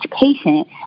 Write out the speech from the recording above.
patient